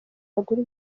agura